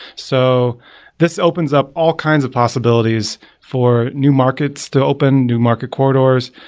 so this opens up all kinds of possibilities for new markets to open new market corridors,